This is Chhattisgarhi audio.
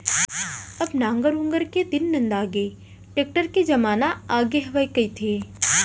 अब नांगर ऊंगर के दिन नंदागे, टेक्टर के जमाना आगे हवय कहिथें